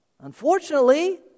Unfortunately